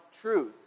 truth